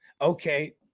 okay